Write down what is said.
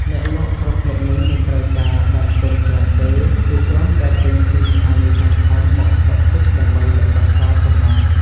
អ្នកលក់ប្រភេទនេះមិនត្រូវការដើមទុនច្រើនទេ គឺគ្រាន់តែទិញពីស្ថានីយ៍ធំៗមកស្តុកទុកដើម្បីលក់បន្តប៉ុណ្ណោះ។